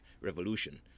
revolution